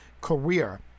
career